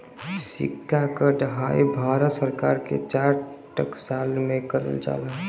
सिक्का क ढलाई भारत सरकार के चार टकसाल में करल जाला